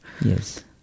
Yes